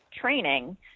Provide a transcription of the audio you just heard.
training